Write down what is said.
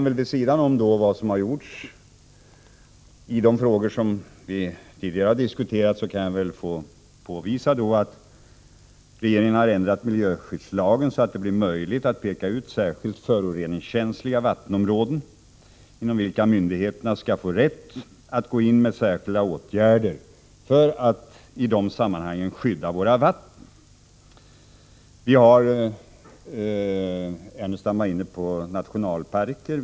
Vid sidan av det som har gjorts beträffande sådant som vi tidigare diskuterat kan jag påvisa att regeringen har ändrat miljöskyddslagen så att det blir möjligt att peka ut särskilda föroreningskänsliga vattenområden, inom vilka myndigheterna skall få rätt att gå in med särskilda åtgärder för att skydda våra vatten. Lars Ernestam var inne på frågan om nationalparker.